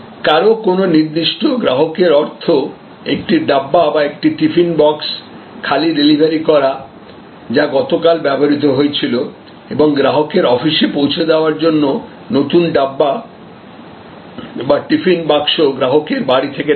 কারণ কোনও নির্দিষ্ট গ্রাহকের অর্থ একটি ডাব্বা বা একটি টিফিন বাক্স খালি ডেলিভারি করা যা গতকাল ব্যবহৃত হয়েছিল এবং গ্রাহকদের অফিসে পৌঁছে দেওয়ার জন্য নতুন ডাব্বা বা টিফিন বাক্স গ্রাহকের বাড়ি থেকে নেওয়া